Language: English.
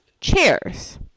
chairs